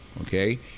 okay